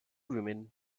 women